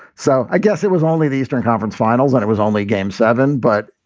so i guess it was only the eastern conference finals and it was only game seven. but,